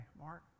Mark